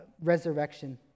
resurrection